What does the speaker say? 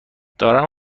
دارم